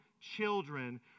children